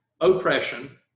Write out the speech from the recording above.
oppression